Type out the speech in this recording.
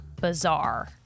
bizarre